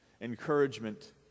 encouragement